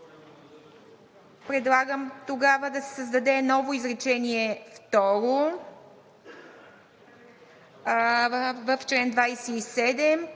Предлагам тогава да се създаде ново изречение второ в чл. 27,